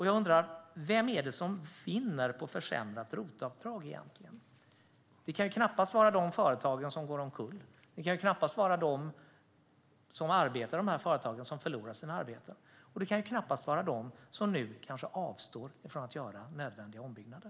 Jag undrar vem som egentligen vinner på ett försämrat ROT-avdrag. Det kan knappast vara de företag som går omkull. Det kan knappast vara de som arbetar i dessa företag och som förlorar sina arbeten. Det kan knappast heller vara de som nu kanske avstår från att göra nödvändiga ombyggnader.